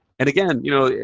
and again, you know,